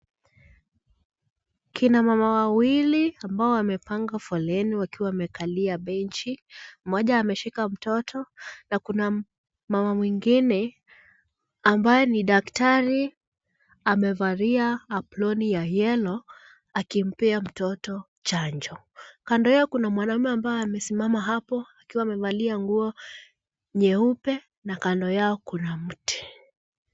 Kina mama wawili ambao wamepanga foleni wakiwa wamekalia benchi mmoja ameshika mtoto na kuna mama mwingine ambaye ni daktari amevalia aproni ya yellow akimpea mtoto chanjo. Kando yao kuna mwanamume ambaye amesimama hapo akiwa amevalia nguo nyeupe na kando yao kuna mti.